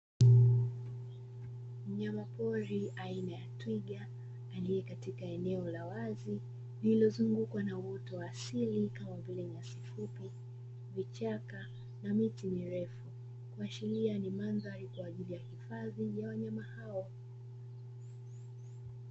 Kifungashio kinacho patikana kwenye maduka ya dawa za kilimo na mifugo. Dawa hii hutumika kwa ajiri ya kinga na tiba kwa magonjwa ya mimea na uhakisi kuhudumia mimea kwa njia bola ili kuhakikisha afya na ongezeko na mazao hayo